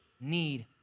need